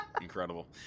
Incredible